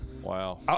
Wow